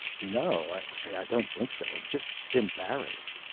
no. i don't think so. just embarrassed.